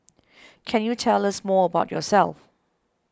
can you tell us more about yourself